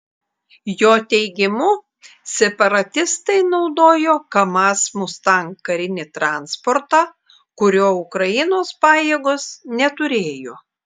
jo teigimu separatistai naudojo kamaz mustang karinį transportą kurio ukrainos pajėgos neturėjo